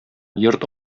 йорт